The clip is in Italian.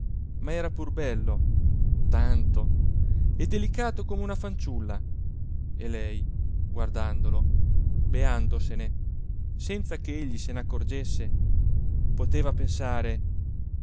ma era pur bello tanto e delicato come una fanciulla e lei guardandolo beandosene senza che egli se n'accorgesse poteva pensare